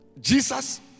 Jesus